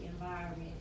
environment